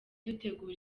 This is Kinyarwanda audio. dutegura